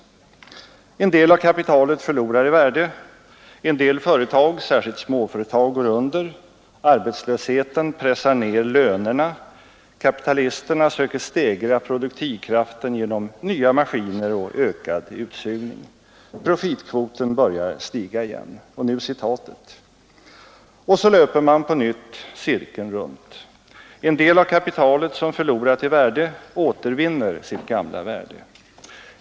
En del av kapitalet förlorar i värde, en del företag — särskilt småföretag — går under, arbetslösheten pressar ner lönerna, kapitalisterna söker stegra produktivkraften genom nya maskiner och ökad utsugning. Profitkvoten börjar stiga igen. Nu citatet: ”Och så löper man på nytt cirkeln runt. En del av kapitalet, som förlorat i värde, återvinner sitt gamla värde.